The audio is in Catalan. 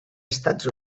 estats